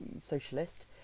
socialist